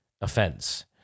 offense